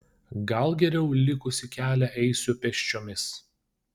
gal geriau likusį kelią eisiu pėsčiomis